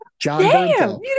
John